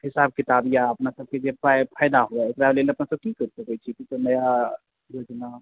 हिसाब किताब यऽ अपना सब के जे पाय फैदा हुए एकरा लेल अपना सब की करि सकै छियै किछो नया एज मे